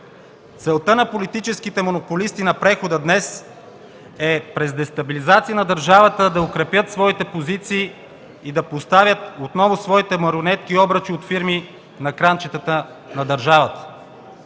Целта на политическите монополисти на прехода днес е през дестабилизация на държавата да укрепят своите позиции и да поставят отново своите марионетки и обръчи от фирми на кранчетата на държавата.